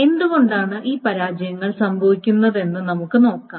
എന്തുകൊണ്ടാണ് ഈ പരാജയങ്ങൾ സംഭവിക്കുന്നതെന്ന് നമുക്ക് നോക്കാം